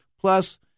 Plus